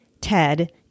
Ted